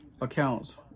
accounts